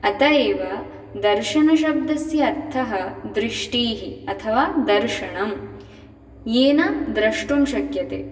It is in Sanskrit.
अत एव दर्शनशब्दस्य अर्थः दृष्टिः अथवा दर्शनम् येन द्रष्टुं शक्यते